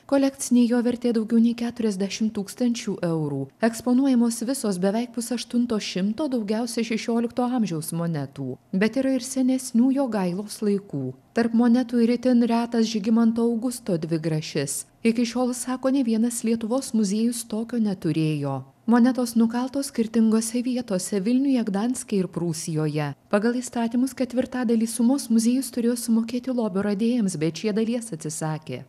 kolekcinė jo vertė daugiau nei keturiadešim tūkstančių eurų eksponuojamos visos beveik pusaštunto šimto daugiausia šešiolikto amžiaus monetų bet yra ir senesnių jogailos laikų tarp monetų ir itin retas žygimanto augusto dvigrašis iki šiol sako nė vienas lietuvos muziejus tokio neturėjo monetos nukaltos skirtingose vietose vilniuje gdanske ir prūsijoje pagal įstatymus ketvirtadalį sumos muziejus turėjo sumokėti lobio radėjams bet šie dalies atsisakė